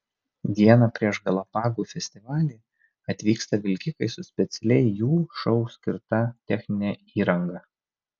dieną prieš galapagų festivalį atvyksta vilkikai su specialiai jų šou skirta technine įranga